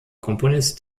komponist